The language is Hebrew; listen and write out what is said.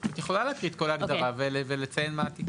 את יכול להקריא את כל ההגדרה ולציין מה התיקון.